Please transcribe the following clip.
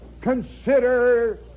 consider